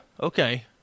Okay